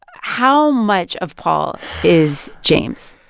how much of paul is james?